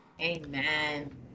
Amen